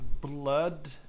Blood